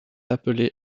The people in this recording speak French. appelés